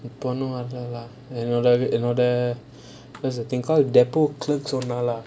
இப்போ ஒன்னும் வருல:ippo onum varula lah in order in order what's the thing called deport clerk சொன்னாலே:sonnaalae